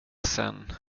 sen